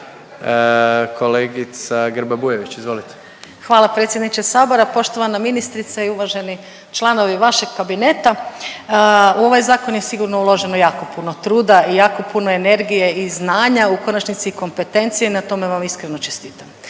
Hvala predsjedniče Sabora. Poštovana ministrice i uvaženi članovi vašeg kabineta. U ovaj zakon je sigurno uloženo jako puno truda i jako puno energije i znanja, a u konačnici i kompetencije i na tome vam iskreno čestitam.